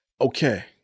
Okay